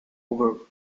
over